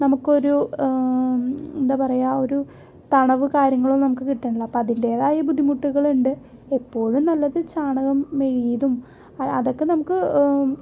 നമുക്കൊരു എന്താ പറയുക ഒരു തണവ് കാര്യങ്ങളൊന്നും നമുക്ക് കിട്ടണില്ല അപ്പം അതിൻ്റെതായ ബുദ്ധിമുട്ടുകളുണ്ട് എപ്പോഴും നല്ലത് ചാണകം മെഴുകിയതും അതൊക്കെ നമുക്ക്